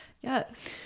Yes